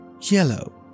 yellow